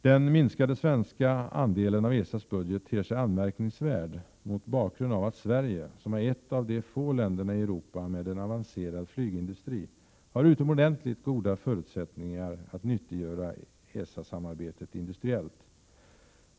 Den minskande svenska andelen av ESA:s budget ter sig anmärkningsvärd mot bakgrund av att Sverige — som är ett av de få länderna i Europa med en avancerad flygindustri — har utomordentligt goda förutsättningar att nyttiggöra ESA-samarbetet industriellt.